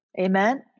amen